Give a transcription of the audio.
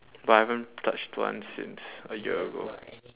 but I haven't touched one since a year ago